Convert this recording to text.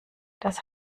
das